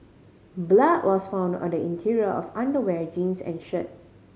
blood was found on the interior of underwear jeans and shirt